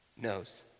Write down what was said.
knows